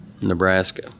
Nebraska